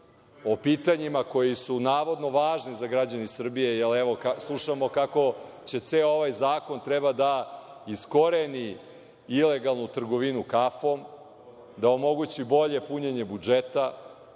o pitanjima koja su navodno važna za građane Srbije, jer evo, slušamo kako ceo ovaj zakon treba da iskoreni ilegalnu trgovinu kafom, da omogući bolje punjenje budžeta,